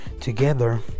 together